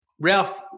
Ralph